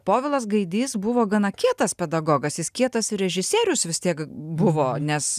povilas gaidys buvo gana kietas pedagogas jis kietas ir režisierius vis tiek buvo nes